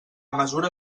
mesura